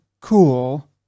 cool